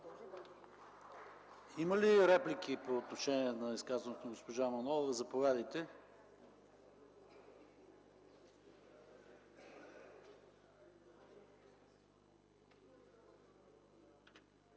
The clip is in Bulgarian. Има ли реплики по отношение на изказаното от госпожа Манолова? Заповядайте.